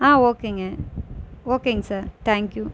ஆ ஓகேங்க ஓகேங்க sir thank you